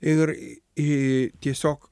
ir į tiesiog